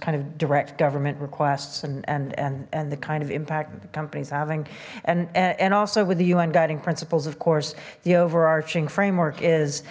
kind of direct government requests and and and and the kind of impact that the company is having and and also with the un guiding principles of course the overarching framework is